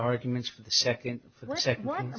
arguments for the second one